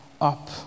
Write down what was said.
up